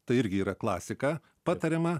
tai irgi yra klasika patariama